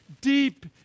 deep